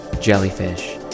jellyfish